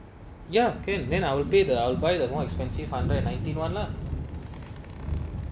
ya can then I will pay that I'll buy the more expensive hundred ninety one lah